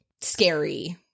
scary